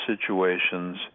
situations